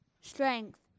Strength